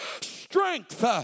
strength